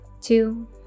Two